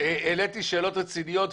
העליתי שאלות רציניות,